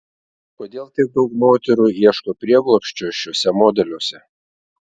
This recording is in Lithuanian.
kodėl tiek daug moterų ieško prieglobsčio šiuose modeliuose